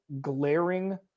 glaring